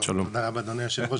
תודה רבה אדוני היו"ר.